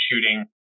shooting